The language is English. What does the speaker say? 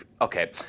Okay